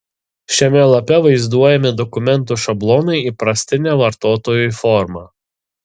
šiame lape vaizduojami dokumentų šablonai įprastine vartotojui forma